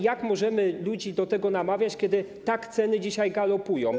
Jak możemy ludzi do tego namawiać, skoro ceny dzisiaj galopują.